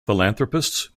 philanthropists